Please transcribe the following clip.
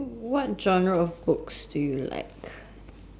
what genre of books do you like